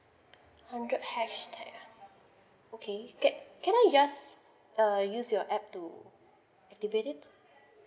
hundred hashtag ah okey ca~ can I just uh use your app to activate it